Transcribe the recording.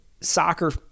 soccer